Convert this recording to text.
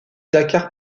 dakar